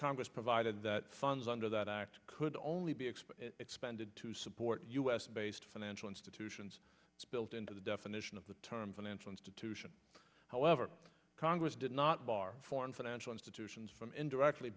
congress provided that funds under that act could only be explained expanded to support u s based financial institutions built into the definition of the term financial institution however congress did not bar foreign financial institutions from indirectly